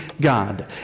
God